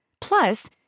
Plus